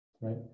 right